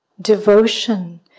Devotion